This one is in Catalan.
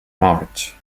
morts